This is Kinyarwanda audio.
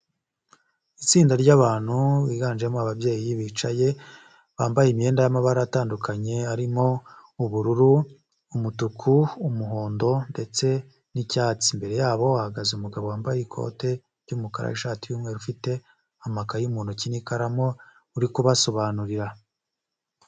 Itsinda ry'abantu higanjemo ababyeyi bicaye, bambaye imyenda y'amabara atandukanye, harimo ubururu, umutuku, umuhondo ndetse n'icyatsi. Imbere yabo hahagaze umugabo wambaye ikote ry'umukara n'ishati y'umweru, ufite amakayi mu ntoki n'ikaramu uri kubasobanurira.